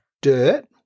dirt